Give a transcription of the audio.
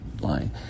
line